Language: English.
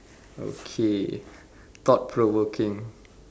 okay thought provoking